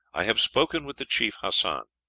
i have spoken with the chief hassan,